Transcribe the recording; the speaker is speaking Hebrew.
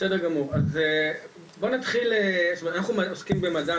אנחנו עוסקים במדע,